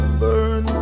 burn